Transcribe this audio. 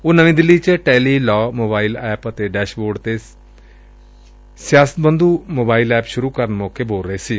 ਉਹ ਨਵੀ ਦਿਲੀ ਚ ਟੈਲੀ ਲਾਅ ਮੋਬਾਇਲ ਐਪ ਅਤੇ ਡੈਸ਼ਬੋਰਡ ਤੇ ਨਿਆਇ ਬੰਧੁ ਮੋਬਾਇਲ ਐਪ ਸੁਰੁ ਕਰਨ ਮੌਕੇ ਬੋਲ ਰਹੇ ਸਨ